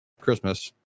Christmas